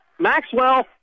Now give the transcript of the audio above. Maxwell